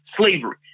slavery